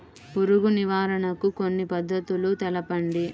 పురుగు నివారణకు కొన్ని పద్ధతులు తెలుపండి?